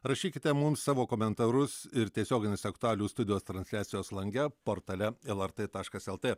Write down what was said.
rašykite mums savo komentarus ir tiesioginės aktualijų studijos transliacijos lange portale lrt taškas lt